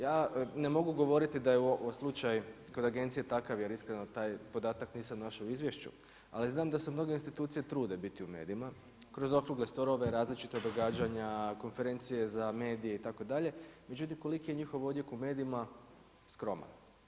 Ja ne mogu govoriti da je slučaj kod agencije takav jer iskreno taj podatak nisam našao u izvješću, ali znam da se mnoge institucije trude biti u medijima kroz okrugle stolove, različita događanja, konferencije za medije itd., međutim koliki je njihov odjek u medijima, skroman.